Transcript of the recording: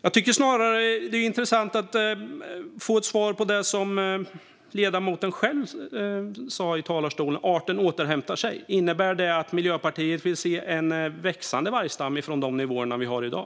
Jag tycker att det är intressant att få ett svar på det som ledamoten själv sa i talarstolen om att arten återhämtar sig. Innebär det att Miljöpartiet vill se en växande vargstam från de nivåer vi har i dag?